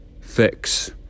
fix